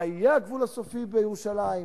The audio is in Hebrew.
מה יהיה הגבול הסופי בירושלים,